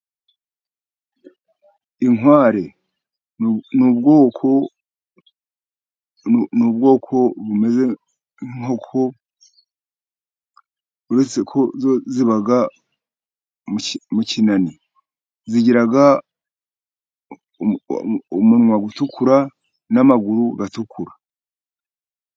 Inkware ni ubwoko bumeze nk' inkoko uretse ko zo ziba mu kinani, zigira umunwa utukura n'amaguru atukura.